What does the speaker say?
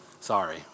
Sorry